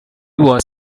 was